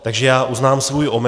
Takže já uznám svůj omyl.